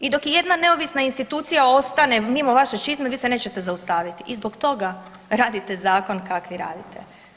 I dok i jedna neovisna institucija ostane mimo vaše čizme vi se nećete zaustaviti, i zbog toga radite zakon kakav i radite.